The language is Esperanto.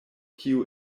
kiu